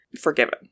forgiven